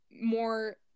more